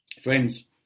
Friends